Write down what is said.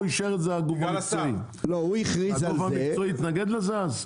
הגוף המקצועי התנגד לזה אז?